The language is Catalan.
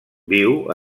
viu